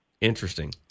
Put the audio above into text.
Interesting